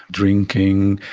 drinking,